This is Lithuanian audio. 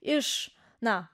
iš na